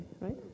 right